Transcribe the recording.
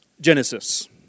Genesis